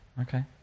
okay